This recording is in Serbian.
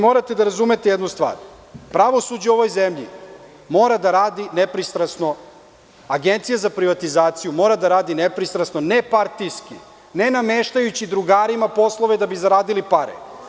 Morate da razumete jednu stvar, pravosuđe u ovoj zemlji mora da radi nepristrasno, Agencija za privatizaciju mora da radi nepristrasno, nepartijski, ne nameštajući drugarima poslove da bi zaradili pare.